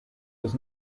does